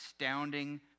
astounding